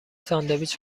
ساندویچ